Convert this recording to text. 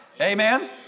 Amen